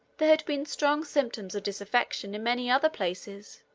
there had been strong symptoms of disaffection in many other places.